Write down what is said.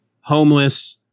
homeless